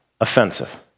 offensive